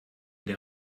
der